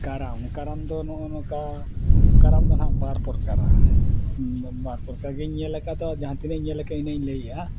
ᱠᱟᱨᱟᱢ ᱠᱟᱨᱟᱢ ᱫᱚ ᱱᱚᱜᱼᱚ ᱱᱚᱝᱠᱟ ᱠᱟᱨᱟᱢ ᱫᱚ ᱱᱟᱦᱟᱜ ᱵᱟᱨ ᱯᱚᱨᱠᱟᱨᱟ ᱵᱟᱨ ᱯᱚᱨᱠᱟᱨ ᱜᱮᱧ ᱧᱮᱞ ᱟᱠᱟᱫᱟ ᱡᱟᱦᱟᱸ ᱛᱤᱱᱟᱹᱜ ᱤᱧ ᱧᱮᱞ ᱟᱠᱟᱫᱟ ᱤᱱᱟᱹᱧ ᱞᱟᱹᱭᱮᱫᱼᱟ